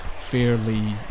fairly